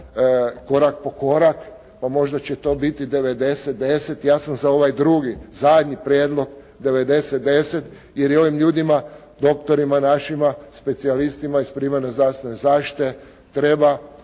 korak po korak pa možda će to biti 90, 10. Ja sam za ovaj drugi zadnji prijedlog 90, 10, jer i ovim ljudima, doktorima našima, specijalistima iz primarne zdravstvene zaštite treba